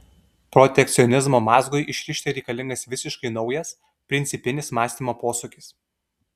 protekcionizmo mazgui išrišti reikalingas visiškai naujas principinis mąstymo posūkis